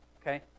Okay